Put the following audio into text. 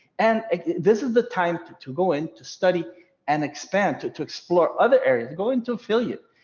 and this is the time to to go into study and expand to to explore other areas go into affiliate,